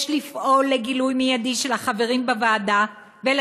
יש לפעול לגילוי מיידי של החברים בוועדה ושל